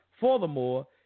Furthermore